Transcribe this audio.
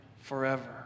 forever